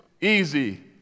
easy